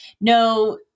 no